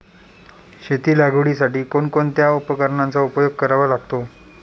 शेती लागवडीसाठी कोणकोणत्या उपकरणांचा उपयोग करावा लागतो?